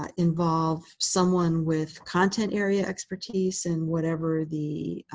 um involve someone with content area expertise in whatever the